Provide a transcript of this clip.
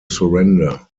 surrender